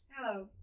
Hello